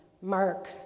Mark